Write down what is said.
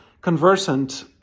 conversant